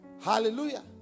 Hallelujah